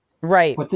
Right